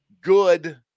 good